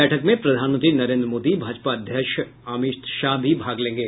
बैठक में प्रधानमंत्री नरेन्द्र मोदी भाजपा अध्यक्ष अमित शाह भी भाग लेंगे